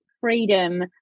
freedom